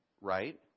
right